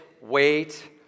wait